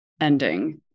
ending